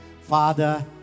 Father